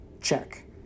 Check